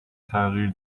تغییر